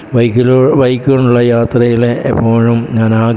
ബൈക്കിലൂടെ bike കൊണ്ടുള്ള യാത്രയിൽ എപ്പോഴും ഞാനാ